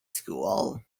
school